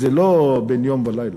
זה לא בין יום ולילה.